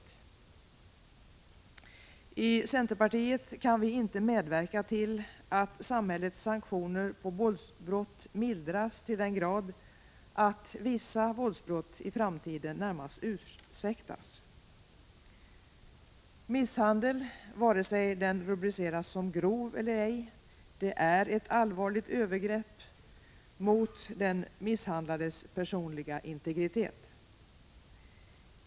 Vi i centerpartiet kan inte medverka till att samhällets sanktioner mot våldsbrott mildras till den grad att vissa våldsbrott i framtiden närmast ursäktas. Misshandel, vare sig den rubriceras som grov eller ej, är ett allvarligt övergrepp mot den misshandlades personliga integritet.